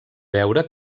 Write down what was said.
veure